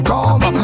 Come